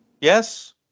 yes